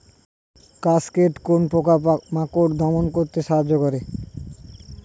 Cascade কোন পোকা মাকড় দমন করতে সাহায্য করে?